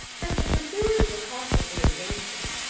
as the pursuers were cautiously advancing,